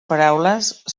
paraules